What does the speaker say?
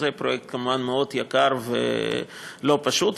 וזה כמובן פרויקט מאוד יקר ולא פשוט,